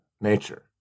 nature